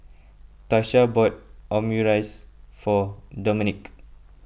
Tasha bought Omurice for Domenick